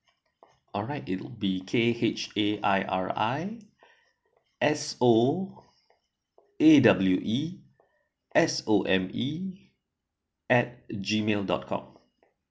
alright you be K_H_A_I_R_I_S_O_A_W_E_S_O_M_E at G mail dot com